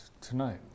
tonight